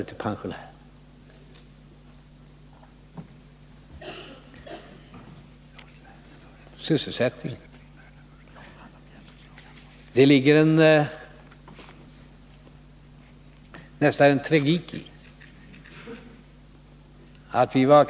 Jag vill i frågan om sysselsättningen säga att det ligger något av en tragik i centerns agerande.